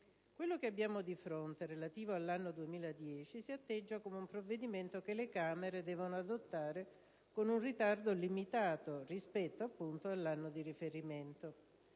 Quello che abbiamo di fronte, relativo all'anno 2010, si atteggia come un provvedimento che le Camere devono adottare con un ritardo limitato rispetto, appunto, all'anno di riferimento.